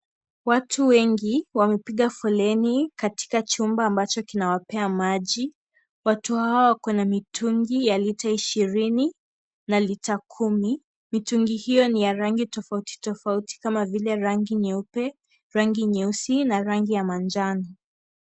Watu wengi wamepiga foleni katika chumba ambacho kinawapea maji, watu hawa wako na mitungi ya lita ishirini, na lita kumi, mitungi hio nu ya rangi tofauti tofauti, kama vile rangi nyeupe, rangi nyeusi, na rangi ya manjano.